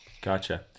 Gotcha